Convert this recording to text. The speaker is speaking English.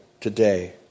today